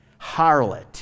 Harlot